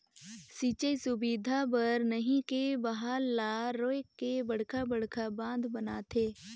सिंचई सुबिधा बर नही के बहाल ल रोयक के बड़खा बड़खा बांध बनाथे